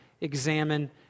examine